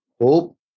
hope